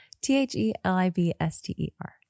t-h-e-l-i-b-s-t-e-r